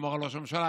תשמור על ראש הממשלה,